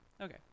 Okay